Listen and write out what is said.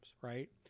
Right